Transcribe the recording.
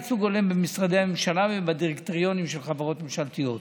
ייצוג הולם במשרדי הממשלה ובדירקטוריונים של חברות ממשלתיות,